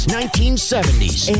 1970s